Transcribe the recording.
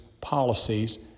policies